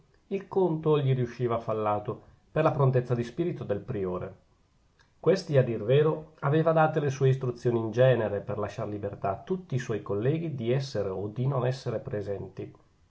il conto gli riusciva fallato per la prontezza di spirito del priore questi a dir vero aveva date le sue istruzioni in genere per lasciar libertà a tutti i suoi colleghi di essere o di non essere presenti